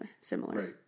similar